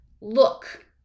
look